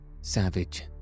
savage